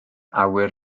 awyr